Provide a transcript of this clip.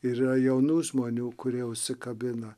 yra jaunų žmonių kurie užsikabina